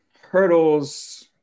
hurdles